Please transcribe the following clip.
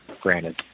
granted